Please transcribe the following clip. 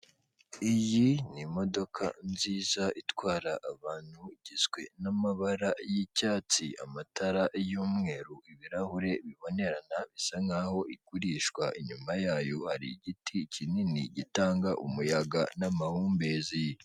Iyi ni imodoka nziza itwara abantu igizwe n'amabara y'icyatsi, amatara y'umweru, ibirahure bibonerana bisa nk'aho igurishwa inyuma yayo hari igiti kinini gitanga umuyaga n'amahumbezi.